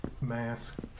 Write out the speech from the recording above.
mask